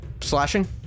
slashing